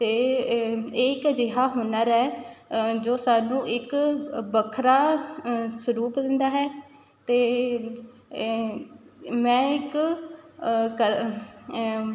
ਇਹ ਇੱਕ ਅਜਿਹਾ ਹੁਨਰ ਹੈ ਸਾਨੂੰ ਇੱਕ ਵੱਖਰਾ ਸਰੂਪ ਦਿੰਦਾ ਹੈ ਅਤੇ ਮੈਂ ਇੱਕ ਕਲ